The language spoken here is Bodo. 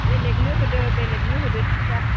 बेलेगनो होदों बेलेगनो होदों थिखा